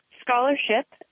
scholarship